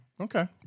Okay